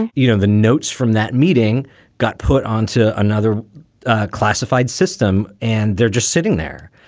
you know, the notes from that meeting got put onto another classified system and they're just sitting there.